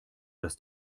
dass